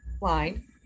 line